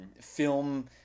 film